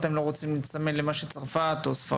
שמונה?